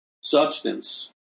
substance